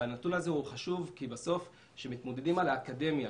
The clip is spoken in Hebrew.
הנתון הזה הוא חשוב כי כשמתמודדים על האקדמיה,